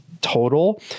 total